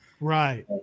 Right